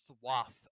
swath